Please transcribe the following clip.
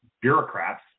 bureaucrats